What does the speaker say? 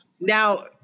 Now